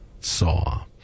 Saw